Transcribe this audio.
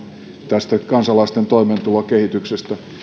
tästä kansalaisten toimeentulon kehityksestä